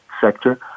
sector